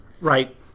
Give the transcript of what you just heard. Right